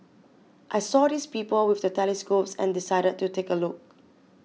I saw these people with the telescopes and decided to take a look